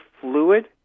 fluid